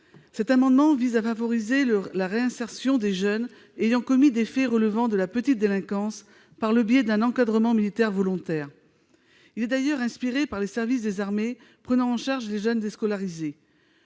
Cet amendement vise à favoriser la réinsertion des jeunes ayant commis des faits relevant de la petite délinquance, par le biais d'un encadrement militaire volontaire. Il est d'ailleurs inspiré par les services des armées prenant en charge les jeunes déscolarisés.